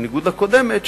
בניגוד לקודמת,